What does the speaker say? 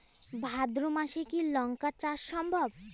ভাদ্র মাসে কি লঙ্কা চাষ সম্ভব?